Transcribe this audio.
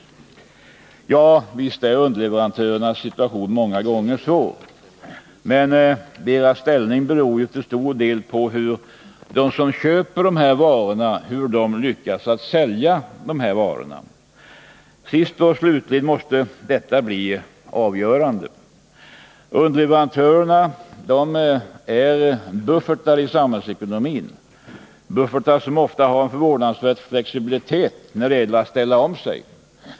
Och visst är 179 underleverantörernas situation många gånger svår, men deras ställning beror ju till stor del på hur köparna lyckas att sälja sina varor. Sist och slutligen måste detta bli avgörande. Underleverantörerna är buffertar i samhällsekonomin, buffertar som ofta har en förvånansvärd flexibilitet när det gäller att ställa om sig.